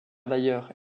d’ailleurs